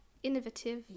Innovative